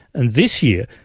and this year,